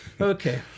okay